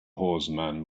horseman